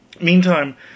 Meantime